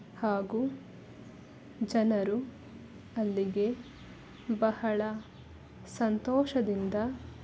ಹಾಗೂ ಜನರು ಅಲ್ಲಿಗೆ ಬಹಳ ಸಂತೋಷದಿಂದ